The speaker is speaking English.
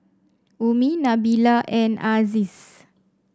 Ummi Nabila and Aziz